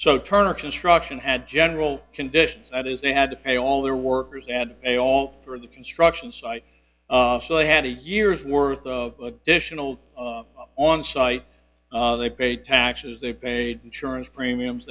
so turner construction had general conditions that is they had to pay all their workers and pay all through the construction site so they had a year's worth of additional on site they paid taxes they paid insurance premiums